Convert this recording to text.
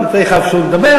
אני אתן לך אפשרות לדבר,